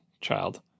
child